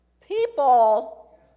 people